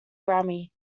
grammy